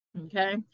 Okay